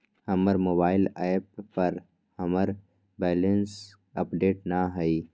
हमर mobile app पर हमर बैलेंस अपडेट न हई